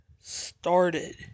started